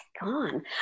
gone